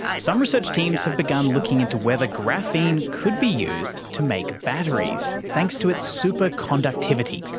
some research teams have begun looking into whether graphene could be used to make batteries, thanks to its superconductivity.